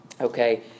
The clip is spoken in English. Okay